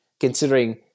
Considering